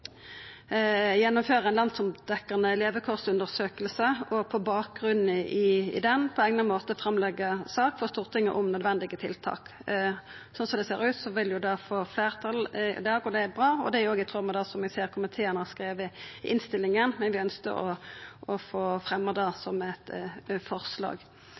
gjennomfører ei landsdekkjande levekårsundersøking og på bakgrunn av den på eigna måte legg fram ei sak for Stortinget om nødvendige tiltak. Slik det ser ut, vil det få fleirtal i dag. Det er bra, og det er òg i tråd med det som eg ser at komiteen har skrive i innstillinga. Eg ønskjer å få fremja det som eit forslag.